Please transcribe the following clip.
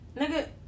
Nigga